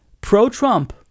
pro-trump